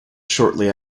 shortly